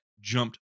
jumped